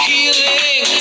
Healing